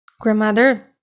grandmother